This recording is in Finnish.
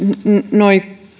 nuo